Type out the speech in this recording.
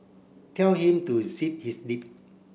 tell him to zip his lip